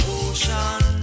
ocean